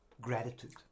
gratitude